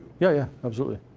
yeah, yeah, absolutely.